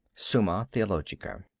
summa theologica